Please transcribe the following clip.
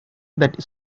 that